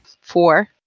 Four